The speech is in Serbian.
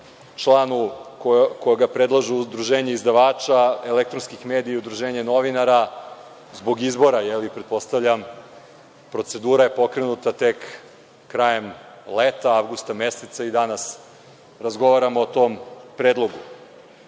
članu koga predlažu udruženja izdavača, elektronskih medija i udruženja novinara, zbog izbora pretpostavljam, procedura je pokrenuta tek krajem leta, avgusta meseca i danas razgovaramo o tom predlogu. Postavlja